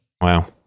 Wow